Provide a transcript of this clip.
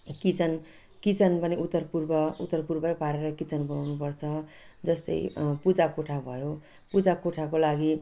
kitchen kitchen भने उत्तर पूर्व उत्तर पूर्वै पारेर किचन बनाउनु जस्तै पूजाकोठा भयो पूजाकोठाको लागि